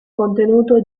contenuto